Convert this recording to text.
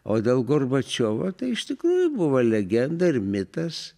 o dėl gorbačiovo tai iš tikrųjų buvo legenda ir mitas